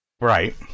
Right